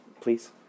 Please